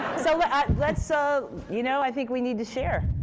so let's ah you know, i think we need to share.